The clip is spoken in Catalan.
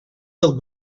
del